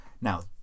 Now